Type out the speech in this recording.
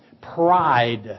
Pride